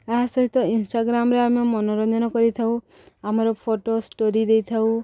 ଏହା ସହିତ ଇନଷ୍ଟାଗ୍ରାମ୍ରେ ଆମେ ମନୋରଞ୍ଜନ କରିଥାଉ ଆମର ଫଟୋ ଷ୍ଟୋରି ଦେଇଥାଉ